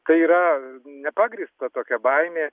tai yra nepagrįsta tokia baimė